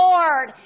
Lord